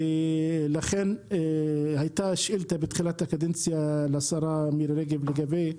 ולכן הייתה שאילתה לשרה מירי רגב בעניין,